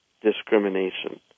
discrimination